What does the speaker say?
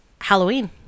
Halloween